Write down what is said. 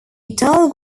dull